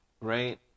right